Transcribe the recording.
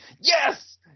yes